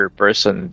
person